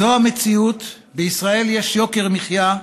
זו המציאות, בישראל יש יוקר מחיה.